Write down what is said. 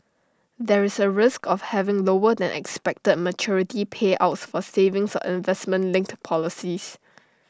there is A risk of having lower than expected maturity payouts for savings or investment linked policies